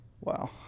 Wow